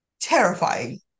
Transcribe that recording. terrifying